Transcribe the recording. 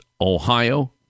Ohio